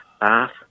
Bath